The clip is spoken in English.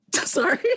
Sorry